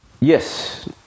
Yes